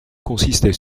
consistait